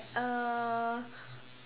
uh